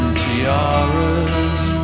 tiaras